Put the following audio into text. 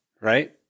Right